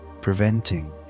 preventing